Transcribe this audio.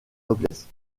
noblesse